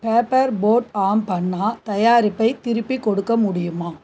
paper boat ஆம் பன்னா தயாரிப்பை திருப்பிக் கொடுக்க முடியுமா